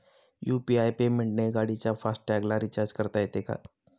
UPI पेमेंटने गाडीच्या fast टॅगला रिर्चाज करता येते का?